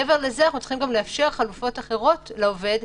מעבר לזה אנחנו צריכים לאפשר חלופות אחרות לעובד,